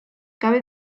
cabe